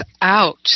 out